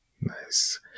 Nice